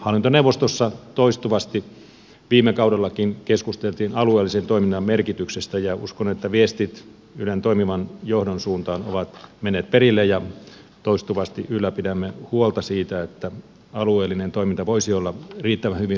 hallintoneuvostossa toistuvasti viime kaudellakin keskusteltiin alueellisen toiminnan merkityksestä ja uskon että viestit ylen toimivan johdon suuntaan ovat menneet perille ja toistuvasti ylläpidämme huolta siitä että alueellinen toiminta voisi olla riittävän hyvin resursoitu